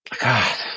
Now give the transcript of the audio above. God